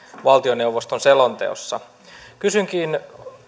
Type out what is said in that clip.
valtioneuvoston selonteossa kysynkin